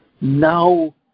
now